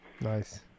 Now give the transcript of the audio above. nice